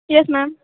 yes ma'am